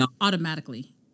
automatically